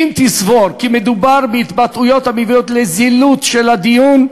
אם תסבור כי מדובר בהתבטאויות המביאות לזילות של הדיון,